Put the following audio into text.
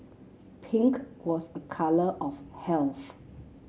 pink was a colour of health